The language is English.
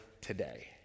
today